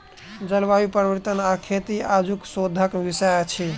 जलवायु परिवर्तन आ खेती आजुक शोधक विषय अछि